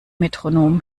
metronom